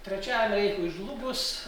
trečiajam reichui žlugus